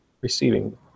receiving